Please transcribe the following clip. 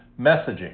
messaging